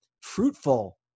fruitful